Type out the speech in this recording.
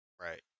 Right